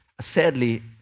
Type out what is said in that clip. sadly